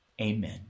Amen